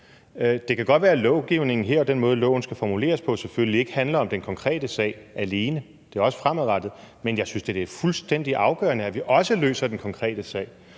godt være, at loven i den måde, den skal formuleres på, ikke skal handle om den konkrete sag alene – den skal også gælde fremadrettet – men jeg synes da, det er fuldstændig afgørende, at vi også løser den konkrete sag.